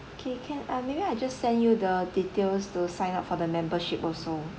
okay can ah maybe I just send you the details to sign up for the membership also